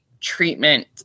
treatment